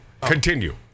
Continue